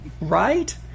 right